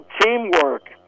teamwork